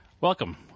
Welcome